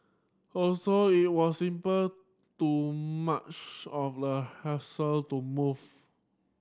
also it was simple too much of a hassle to move